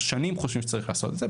אנחנו שנים חושבים שצריך לעשות את זה,